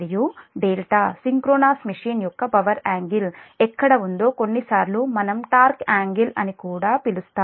మరియు δ synchronous machine యొక్క power angle ఎక్కడ ఉందో కొన్నిసార్లు మనం టార్క్ యాంగిల్ అని కూడా పిలుస్తాము